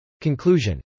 Conclusion